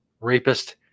rapist